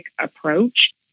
approach